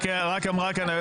רק אמרה כאן היועצת המשפטית,